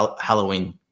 Halloween